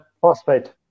phosphate